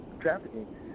trafficking